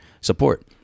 support